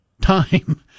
time